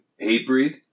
Hatebreed